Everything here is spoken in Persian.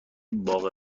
باغ